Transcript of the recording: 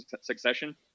succession